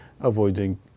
avoiding